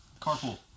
Carpool